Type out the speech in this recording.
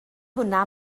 hwnna